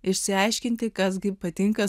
išsiaiškinti kas gi patinka